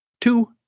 Two